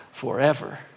forever